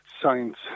science